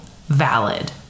valid